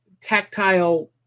tactile